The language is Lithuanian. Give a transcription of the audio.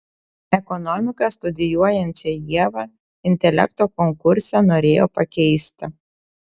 ekonomiką studijuojančią ievą intelekto konkurse norėjo pakeisti